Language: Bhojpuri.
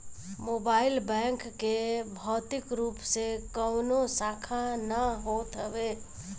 मोबाइल बैंक के भौतिक रूप से कवनो शाखा ना होत हवे